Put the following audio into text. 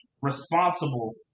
responsible